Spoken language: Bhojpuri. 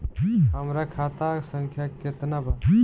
हमरा खाता संख्या केतना बा?